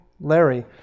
Larry